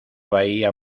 bahía